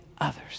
others